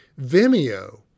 Vimeo